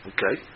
Okay